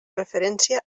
referència